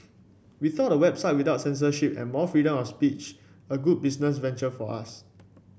we thought a website without censorship and more freedom of speech a good business venture for us